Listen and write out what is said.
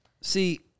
See